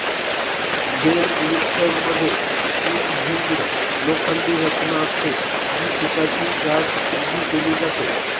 bell लिफ्टरमध्ये तीन hinged लोखंडी रचना असते, जी पिकाची गाठ उभी केली जाते